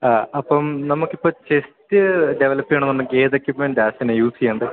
അപ്പം നമുക്കിപ്പോൾ chest develop ചെയ്യണമെന്നുണ്ടെങ്കിൽ ഏത് എക്യുപ്മെൻ്റാ ആശാനെ യൂസ് ചെയ്യണ്ടെ